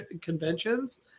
conventions